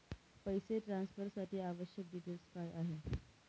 पैसे ट्रान्सफरसाठी आवश्यक डिटेल्स काय आहेत?